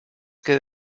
que